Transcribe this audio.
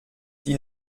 die